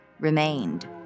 remained